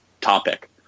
topic